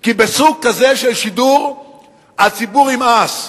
כי בסוג כזה של שידור הציבור ימאס,